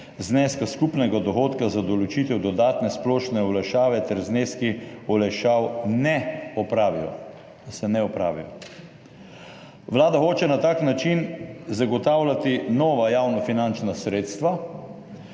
zneska skupnega dohodka za določitev dodatne splošne olajšave ter zneski olajšav ne opravijo. Vlada hoče na tak način zagotavljati nova javnofinančna sredstva,